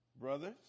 brothers